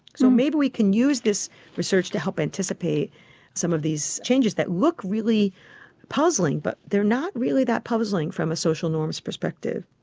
so maybe we can use this research to help anticipate some of these changes that look really puzzling, but they're not really that puzzling from a social norms perspective.